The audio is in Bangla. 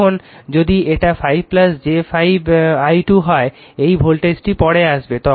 তখন যদি এটা 5 j 5 i2 হয় এই ভোল্টেজটি পরে আসবে